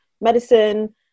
medicine